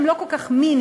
הם לא כל כך "מיני",